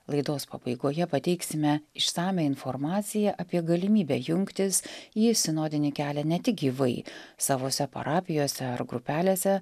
laidos pabaigoje pateiksime išsamią informaciją apie galimybę jungtis į sinodinį kelią ne tik gyvai savose parapijose ar grupelėse